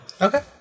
Okay